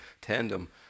tandem